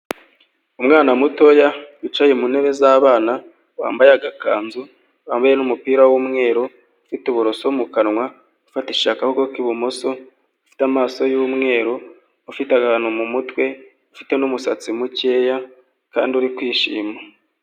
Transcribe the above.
Umwana mutoya wicaye mu ntebe z'abana wambaye agakanzu, wambaye n'umupira w'umweru ufite uburoso mu kanwa; ufatishije akaboko k'ibumoso, ufite amaso y'umweru, ufite akantu mu mutwe, ufite n'umusatsi mukeya kandi uri kwishima.